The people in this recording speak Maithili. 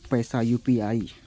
पैसा यू.पी.आई?